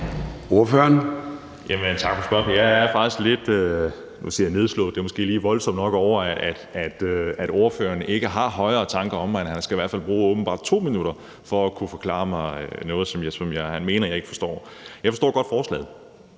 Jeg forstår godt forslaget,